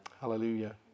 Hallelujah